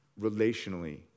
relationally